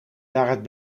daaruit